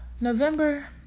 November